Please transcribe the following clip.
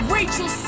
Rachel